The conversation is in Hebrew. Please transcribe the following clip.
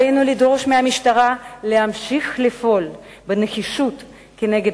עלינו לדרוש מהמשטרה להמשיך לפעול בנחישות נגד